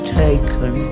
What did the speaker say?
taken